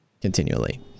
Continually